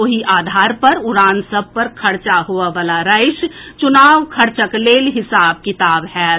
ओहि आधार पर उड़ान सभ पर खर्चा होबय वला राशि चुनाव खर्चक लेल हिसाब किताब होएत